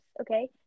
okay